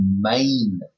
main